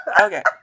okay